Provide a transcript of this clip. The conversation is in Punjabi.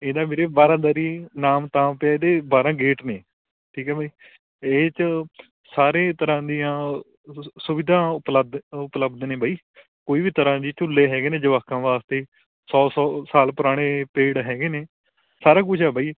ਇਹਦਾ ਵੀਰੇ ਬਾਰਾਦਰੀ ਨਾਮ ਤਾਂ ਪਿਆ ਇਹਦੇ ਬਾਰ੍ਹਾਂ ਗੇਟ ਨੇ ਠੀਕ ਆ ਬਾਈ ਇਹ 'ਚ ਸਾਰੇ ਤਰ੍ਹਾਂ ਦੀਆਂ ਸੁਵਿਧਾ ਉਪਲਬਧ ਉਪਲਬਧ ਨੇ ਬਈ ਕੋਈ ਵੀ ਤਰ੍ਹਾਂ ਦੀ ਝੂਲੇ ਹੈਗੇ ਨੇ ਜਵਾਕਾਂ ਵਾਸਤੇ ਸੌ ਸੌ ਸਾਲ ਪੁਰਾਣੇ ਪੇੜ ਹੈਗੇ ਨੇ ਸਾਰਾ ਕੁਛ ਆ ਬਾਈ